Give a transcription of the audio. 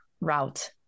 route